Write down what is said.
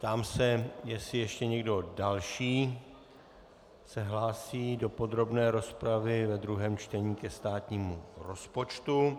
Ptám se, jestli ještě někdo další se hlásí do podrobné rozpravy ve druhém čtení ke státnímu rozpočtu.